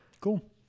Cool